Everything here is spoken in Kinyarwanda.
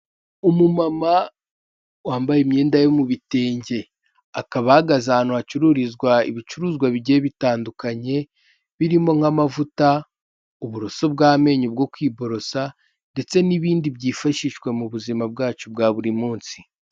Umumama wambaye imyenda yo mu bitenge, akaba ahagaze ahantu hacururizwa ibicuruzwa bigiye bitandukanye birimo nk'amavuta, uburoso bw'amenyo bwo kwiborosa ndetse n'ibindi byifashishwa mu buzima bwacu bwa buri munsi